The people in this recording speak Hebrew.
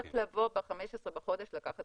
צריך לבוא ב-15 בחודש לקחת